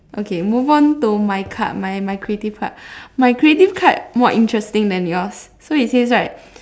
okay move on to my card my my creative card my creative card more interesting than yours so it says right